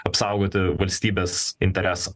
apsaugoti valstybės interesą